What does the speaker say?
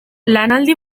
lanaldi